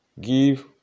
give